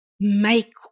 make